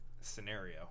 scenario